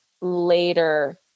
later